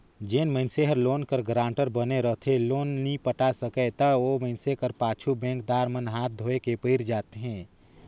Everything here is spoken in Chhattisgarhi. जेन मइनसे हर लोन कर गारंटर बने रहथे लोन नी पटा सकय ता ओ मइनसे कर पाछू बेंकदार मन हांथ धोए के पइर जाथें